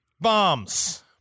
Bombs